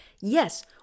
Yes